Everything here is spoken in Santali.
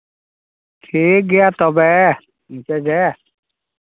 ᱴᱷᱤᱠ ᱜᱮᱭᱟ ᱛᱚᱵᱮ ᱤᱱᱠᱟᱹᱜᱮ